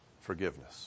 forgiveness